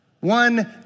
One